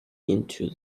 into